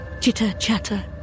chitter-chatter